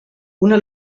una